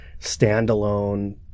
standalone